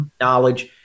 knowledge